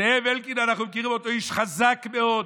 זאב אלקין, אנחנו מכירים אותו, הוא איש חזק מאוד,